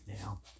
Now